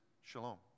shalom